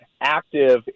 active